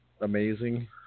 amazing